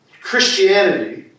Christianity